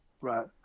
Right